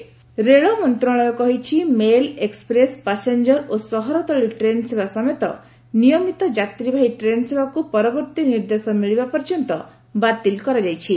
railway ticket cancellation ରେଳ ମନ୍ତ୍ରଣାଳୟ କହିଛି ମେଲ୍ ଏକ୍ସପ୍ରେସ୍ ପାସେଞ୍ଜର ଓ ସହରତଳି ଟେନ୍ ସେବା ସମେତ ନିୟମିତ ଯାତ୍ରୀବାହୀ ଟେନ୍ ସେବାକୁ ପରବର୍ତ୍ତୀ ନିର୍ଦ୍ଦେଶ ମିଳିବା ପର୍ଯ୍ୟନ୍ତ ବାତିଲ କରାଯାଇଛି